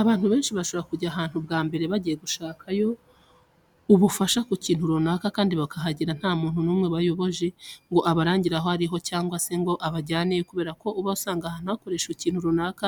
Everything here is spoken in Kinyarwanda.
Abantu benshi bashobora kujya ahantu bwa mbere bagiye gushaka yo ubufasha ku kintu runaka kandi bakahagera nta muntu n'umwe bayoboje ngo abarangire aho ari ho cyangwa se ngo abajyaneyo, kubera ko uba usanga ahantu hakorerwa ikintu runaka